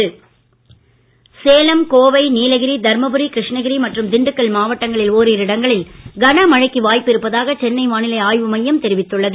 மழை சேலம் கோவை நீலகிரி தர்மபுரி கிருஷ்ணகிரி மற்றும் திண்டுக்கல் மாவட்டங்களில் ஓரிரு இடங்களில் கனமழைக்கு வாய்ப்பு இருப்பதாக சென்னை வானிலை ஆய்வு மையம் தெரிவித்துள்ளது